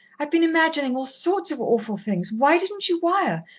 i've been imagining all sorts of awful things. why didn't you wire?